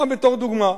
סתם לשם דוגמה.